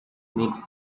mid